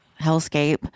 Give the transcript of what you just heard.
hellscape